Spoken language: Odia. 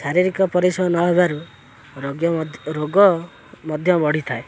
ଶାରୀରିକ ପରିଶ୍ରମ ନ ହେବାରୁ ରୋଗ ମଧ୍ୟ ରୋଗ ମଧ୍ୟ ବଢ଼ିଥାଏ